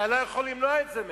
אתה לא יכול למנוע את זה מהם.